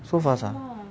so fast ah